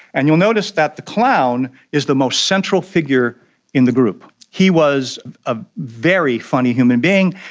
and you'll notice that the clown is the most central figure in the group. he was a very funny human being.